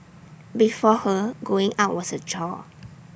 before her going out was A chore